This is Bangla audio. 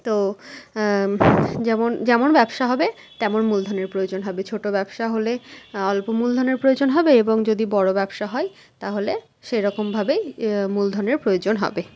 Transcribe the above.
তো যেমন যেমন ব্যবসা হবে তেমন মূলধনের প্রয়োজন হবে ছোটো ব্যবসা হলে অল্প মূলধনের প্রয়োজন হবে এবং যদি বড়ো ব্যবসা হয় তাহলে সেরকমভাবেই মূলধনের প্রয়োজন হবে